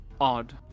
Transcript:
odd